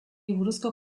buruzko